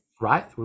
right